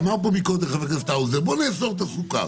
אמר פה קודם חבר הכנסת האוזר: בואו נמסה את הסוכר.